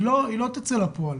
היא לא תצא לפועל.